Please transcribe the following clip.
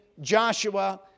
Joshua